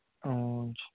हुन्छ